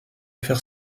faire